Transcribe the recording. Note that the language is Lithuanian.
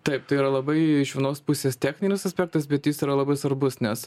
taip tai yra labai iš vienos pusės techninis aspektas bet jis yra labai svarbus nes